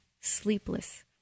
sleepless